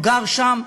הוא גר שם,